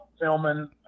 filming